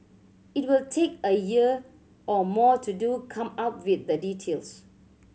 it will take a year or more to do come up with the details